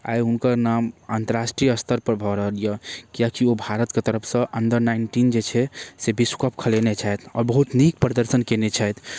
आइ हुनकर नाम अन्तरराष्ट्रीय स्तरपर भऽ रहल अइ किएकि ओ भारतके तरफसँ अण्डर नाइन्टीन जे छै से विश्वकप खेलेने छथि आओर बहुत नीक प्रदर्शन कएने छथि